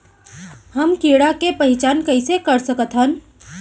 हम कीड़ा के पहिचान कईसे कर सकथन